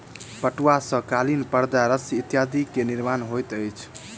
पटुआ सॅ कालीन परदा रस्सी इत्यादि के निर्माण होइत अछि